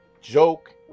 joke